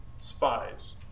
spies